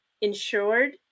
insured